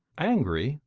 angry?